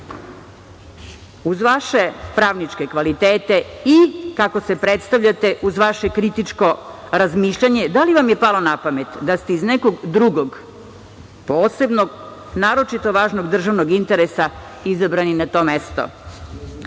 vaše pravničke kvalitete i, kako se predstavljate, uz vaše kritičko razmišljanje, da li vam je palo na pamet da ste iz nekog drugog posebnog naročito važnog državnog interesa izabrani na to mesto? Da